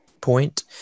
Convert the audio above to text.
Point